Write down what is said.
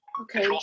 Okay